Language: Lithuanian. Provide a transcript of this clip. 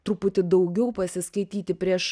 truputį daugiau pasiskaityti prieš